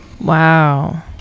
wow